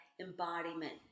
embodiment